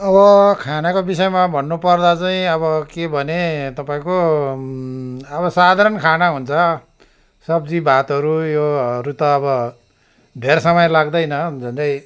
अब खानाको विषयमा भन्नुपर्दा चैँ अब के भने तपाईँको अब साधारण खाना हुन्छ सब्जी भातहरू योहरू त अब धेर समय लाग्दैन झन्डै